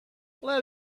let